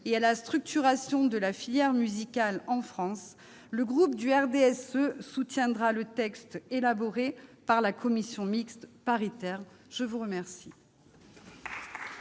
et à la structuration de la filière musicale en France, le groupe du RDSE soutiendra le texte élaboré par la commission mixte paritaire. La parole